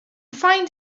find